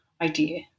idea